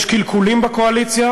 יש קלקולים בקואליציה,